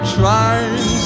trying